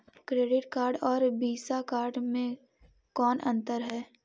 Credit card और Visa card मे कौन अन्तर है?